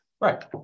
Right